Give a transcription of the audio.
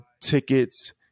tickets